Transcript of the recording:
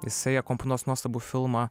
jisai akompanuos nuostabų filmą